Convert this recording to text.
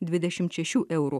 dvidešimt šešių eurų